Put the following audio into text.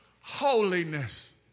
holiness